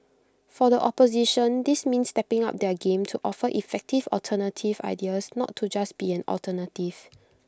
for the opposition this means stepping up their game to offer effective alternative ideas not to just be an alternative